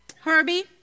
Herbie